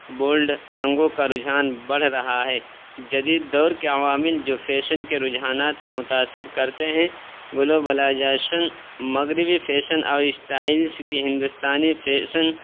bold رنگوں کا رجحان بڑھ رہا ہے جدید دور کے عوامل جو فیشن کے رجحانات کو متاثر کرتے ہیں گلوبلائزیشن مغربی فیشن اور اسٹائلس کی ہندوستانی فیشن